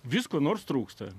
vis ko nors trūksta